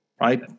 right